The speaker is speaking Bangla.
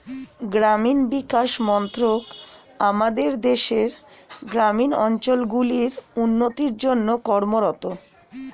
গ্রামীণ বিকাশ মন্ত্রক আমাদের দেশের গ্রামীণ অঞ্চলগুলির উন্নতির জন্যে কর্মরত